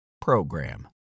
program